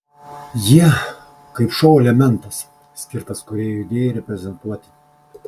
jie kaip šou elementas skirtas kūrėjo idėjai reprezentuoti